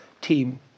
team